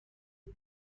آیا